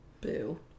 Boo